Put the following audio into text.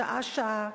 שעה-שעה,